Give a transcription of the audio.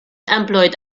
employed